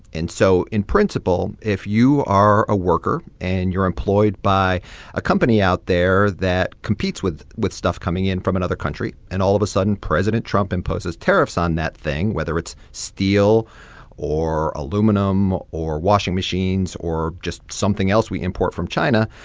and so in principle, if you are a worker and you're employed by a company out there that competes with with stuff coming in from another country and, all of a sudden, president trump imposes tariffs on that thing, whether it's steel or aluminum or washing machines or just something else we import from china,